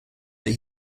that